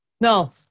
Now